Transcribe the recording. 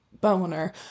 boner